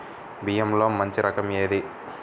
బియ్యంలో మంచి రకం ఏది?